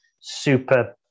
super